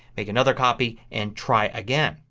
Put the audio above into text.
make another copy and try again.